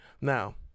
Now